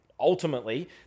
ultimately